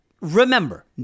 remember